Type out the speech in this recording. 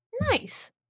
nice